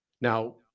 Now